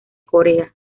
corea